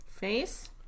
Face